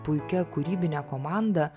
puikia kūrybine komanda